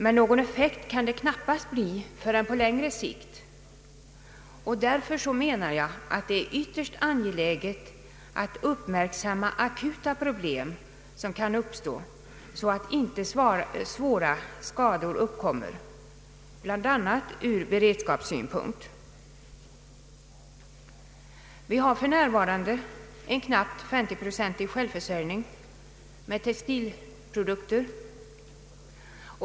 Men någon effekt kan det knappast bli förrän på längre sikt, och därför menar jag att det är ytterst angeläget att uppmärksamma akuta problem som kan uppstå, så att inte svåra skador uppkommer, bl.a. från beredskapssynpunkt. Vi har f.n. en knappt 50-procentig självförsörjning med textilprodukter.